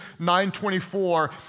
9.24